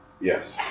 Yes